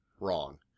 wrong